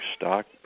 stock